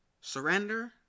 Surrender